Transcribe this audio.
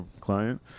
client